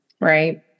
right